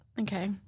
okay